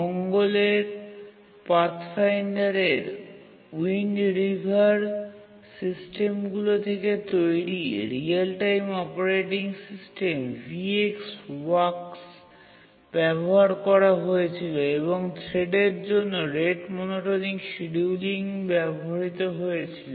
মঙ্গলের পাথফাইন্ডারে Wind River সিস্টেমগুলি থেকে তৈরি real time operating system VxWorks ব্যবহার করা হয়েছিল এবং থ্রেডের জন্য রেট মনোটোনিক শিডিয়ুলিং ব্যবহৃত হয়েছিল